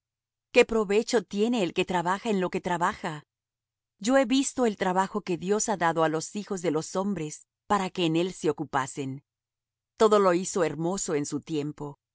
qué provecho tiene el que trabaja en lo que trabaja yo he visto el trabajo que dios ha dado á los hijos de los hombres para que en él se ocupasen todo lo hizo hermoso en su tiempo y